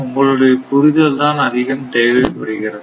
உங்களுடைய புரிதல் தான் அதிகம் தேவைப்படுகிறது